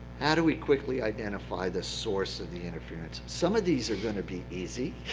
how do we quickly identify the source of the interference? some of these are going to be easy.